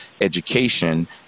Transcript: education